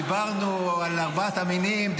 דיברנו על ארבעת המינים,